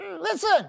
Listen